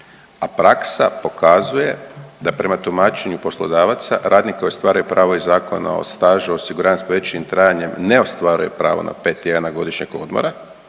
a praksa pokazuje da prema tumačenju poslodavaca radnik koji ostvaruje pravo iz Zakona o stažu osiguranja s povećanim trajanjem ne ostvaruje pravo na pet tjedana godišnjeg odmora,